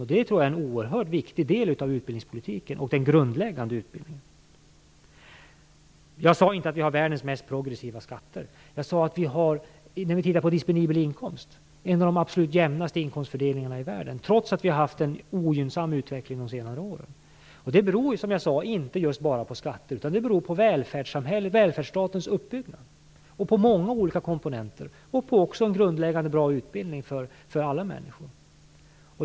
Jag tror att det är en oerhört viktig del av utbildningspolitiken och den grundläggande utbildningen. Jag sade inte att vi har världens mest progressiva skatter. Jag sade att när vi tittar på disponibel inkomst har vi en av de absolut jämnaste inkomstfördelningarna i världen, trots att vi har haft en ogynnsam utveckling de senaste åren. Det beror, som jag sade, inte bara på skatter utan på välfärdsstatens uppbyggnaden och på många olika komponenter, även på en bra grundläggande utbildning för alla människor.